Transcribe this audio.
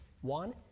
One